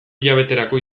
hilabeterako